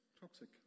toxic